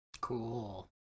Cool